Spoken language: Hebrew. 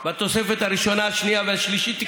בתוספת הראשונה, השנייה והשלישית.